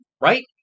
right